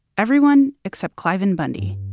everyone except cliven bundy